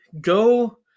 go